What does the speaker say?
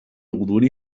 غضون